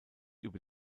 über